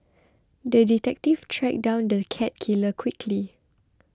the detective tracked down the cat killer quickly